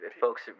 folks